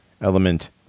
element